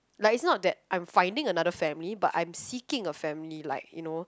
like it's not that I am finding another family but I am seeking a family like you know